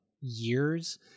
years